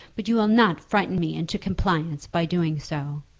but you will not frighten me into compliance by doing so.